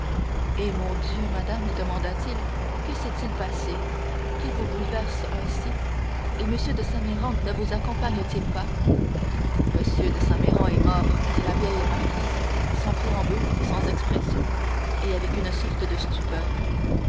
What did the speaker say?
eh mon dieu madame demanda-t-il que s'est-il passé qui vous bouleverse ainsi et m de saint méran ne vous accompagne t il pas m de saint méran est mort dit la vieille marquise sans préambule sans expression et avec une sorte de stupeur